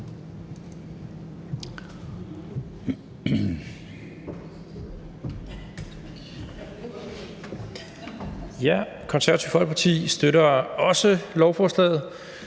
Det Konservative Folkeparti støtter også lovforslaget,